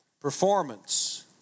performance